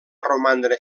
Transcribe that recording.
romandre